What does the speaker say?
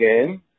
again